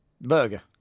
burger